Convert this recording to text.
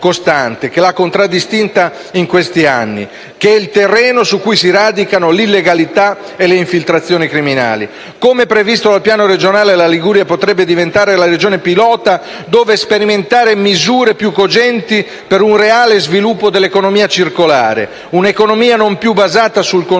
che l'ha contraddistinta in questi anni e che è il terreno su cui si radicano l'illegalità e le infiltrazioni criminali. Come previsto dal Piano regionale, la Liguria potrebbe diventare la Regione pilota dove sperimentare misure più cogenti per un reale sviluppo dell'economia circolare, un'economia non più basata sul consumo